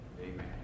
Amen